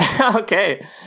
Okay